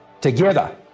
Together